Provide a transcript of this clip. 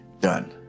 Done